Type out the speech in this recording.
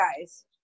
guys